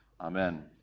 Amen